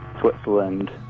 Switzerland